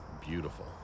beautiful